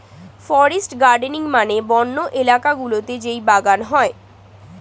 forest gardening মানে বন্য এলাকা গুলোতে যেই বাগান হয়